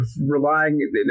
relying